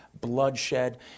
bloodshed